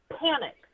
panic